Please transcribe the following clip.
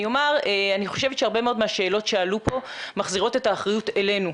אני חושבת שהרבה מאוד מהשאלות שעלו פה מחזירות את האחריות אלינו,